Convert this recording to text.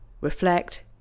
reflect